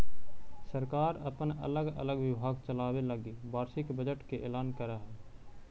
सरकार अपन अलग अलग विभाग चलावे लगी वार्षिक बजट के ऐलान करऽ हई